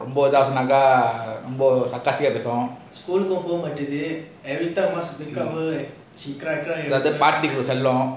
ரொம்ப இது அச்சினக ரொம்ப:romba ithu aachinaka romba sarcastic eh பேசுது அது பாடி குடுக்குற செல்லம்:peasuthu athu paati kudukura chellam